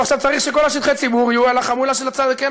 הוא עכשיו צריך שכל שטחי הציבור יהיו על החמולה השנייה.